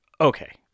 Okay